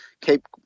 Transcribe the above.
keep